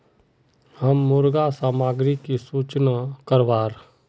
हम मुर्गा सामग्री की सूचना करवार?